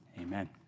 amen